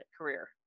career